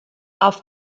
auf